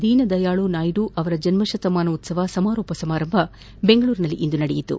ದೀನದಯಾಳು ನಾಯ್ದು ಅವರ ಜನ್ನತತಮಾನೋತ್ಲವ ಸಮಾರೋಪ ಸಮಾರಂಭ ಬೆಂಗಳೂರಿನಲ್ಲಿಂದು ನಡೆಯಿತು